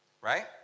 Right